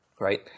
right